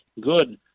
good